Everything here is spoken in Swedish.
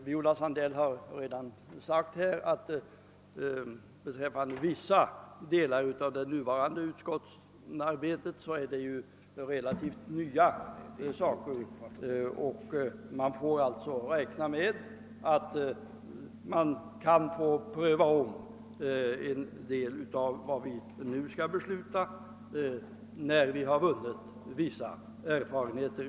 Fröken Sandell har redan sagt att det innebär relativt nya saker för vissa delar av utskottsarbetet, och man kan alltså få räkna med att pröva om en del av vad vi nu skall besluta när vi har vunnit vissa erfarenheter.